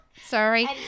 Sorry